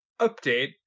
update